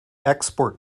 export